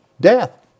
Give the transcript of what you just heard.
Death